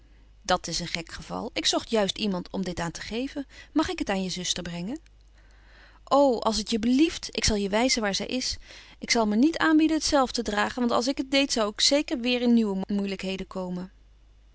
dat is een gek geval ik zocht juist iemand om dit aan te geven mag ik het aan je zuster brengen o als t je belieft ik zal je wijzen waar zij is ik zal maar niet aanbieden het zelf te dragen want als ik het deed zou ik zeker weer in nieuwe moeilijkheden komen